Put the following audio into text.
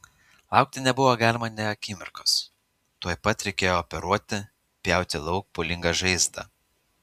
laukti nebuvo galima nė akimirkos tuoj pat reikėjo operuoti pjauti lauk pūlingą žaizdą